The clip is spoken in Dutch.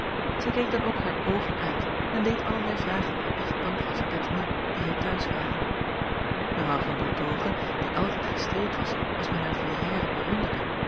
ij keek dan ook haar oogen uit en deed allerlei vragen aan ietje ancras en acob van ennep laasje evenster delen ettemie die hier t huis waren w an oertoghe die altijd gestreeld was als men haar volière bewonderde